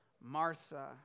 Martha